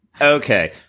Okay